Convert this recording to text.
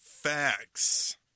facts